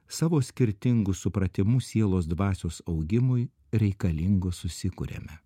savo skirtingu supratimu sielos dvasios augimui reikalingo susikuriame